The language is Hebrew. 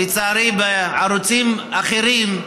לצערי, בערוצים אחרים,